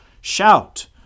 Shout